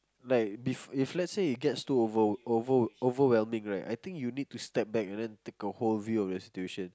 like bef~ if let's say it gets too over over overwhelming right I think you need to step back and take a whole view of your situation